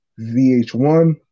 VH1